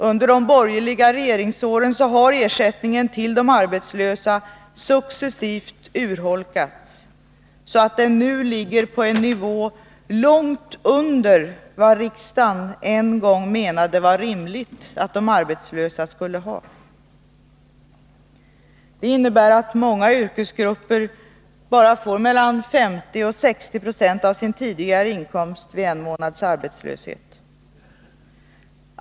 Under de borgerliga regeringsåren har ersättningen till de arbetslösa successivt urholkats, så att den nu ligger på en nivå långt under vad riksdagen en gång menade var rimlig för de arbetslösa. Det innebär att man i många yrkesgrupper får bara mellan 50 och 60 96 av sin tidigare inkomst vid en månads arbetslöshet.